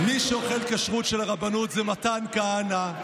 מי שאוכל כשרות של הרבנות זה מתן כהנא,